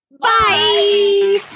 Bye